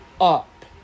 up